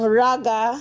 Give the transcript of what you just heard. raga